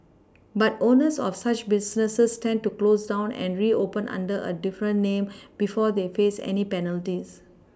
but owners of such businesses tend to close down and reopen under a different name before they face any penalties